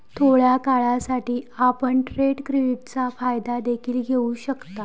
थोड्या काळासाठी, आपण ट्रेड क्रेडिटचा फायदा देखील घेऊ शकता